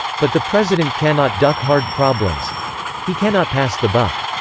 but the president cannot duck hard problems he cannot pass the buck.